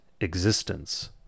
existence